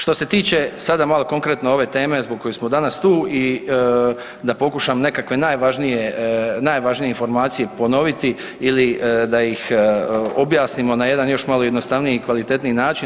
Što se tiče sada malo konkretno ove teme zbog koje smo danas tu i da pokušam nekakve najvažnije, najvažnije informacije ponoviti ili da ih objasnimo na jedan još malo jednostavniji i kvalitetniji način.